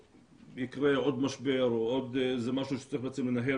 אם יקרה עוד משבר או עוד משהו שצריך יהיה לנהל